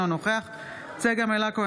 אינו נוכח צגה מלקו,